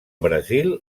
brasil